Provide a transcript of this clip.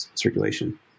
circulation